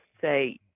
say